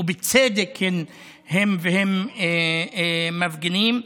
ובצדק הן מפגינות.